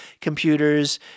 computers